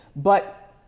but,